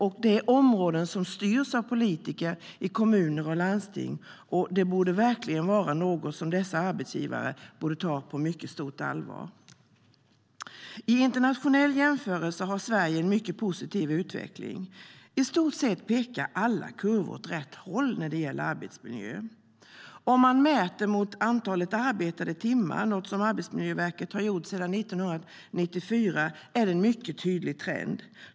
Dessa områden styrs av politiker i kommuner och landsting, och dessa arbetsgivare borde verkligen ta detta på mycket stort allvar. I internationell jämförelse har Sverige en mycket positiv utveckling. I stort sett pekar alla kurvor åt rätt håll när det gäller arbetsmiljö. Mäter vi mot antalet arbetade timmar, något som Arbetsmiljöverket har gjort sedan 1994, är det en mycket tydlig trend.